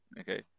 okay